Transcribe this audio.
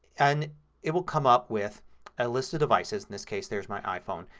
and it will come up with a list of devices. in this case there's my iphone.